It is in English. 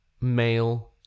male